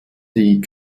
die